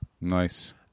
Nice